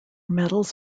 medals